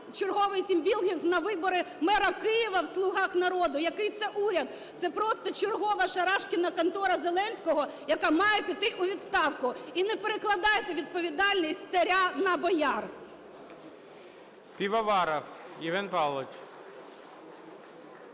черговий team building на вибори мера Києва в "слугах народу". Який це уряд? Це просто чергова "шарашкіна контора" Зеленського, яка має піти у відставку. І не перекладайте відповідальність з царя на бояр.